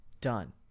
done